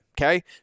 okay